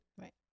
right